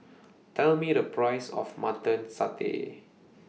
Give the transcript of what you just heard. Tell Me The Price of Mutton Satay